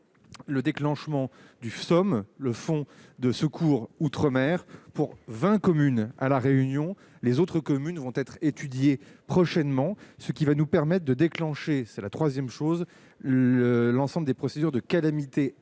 le déclenchement du fantôme, le Fonds de secours outre-mer pour 20 communes à la Réunion, les autres communes vont être étudiés prochainement, ce qui va nous permettent de déclencher, c'est la 3ème chose le l'ensemble des procédures de calamité